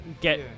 get